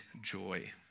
joy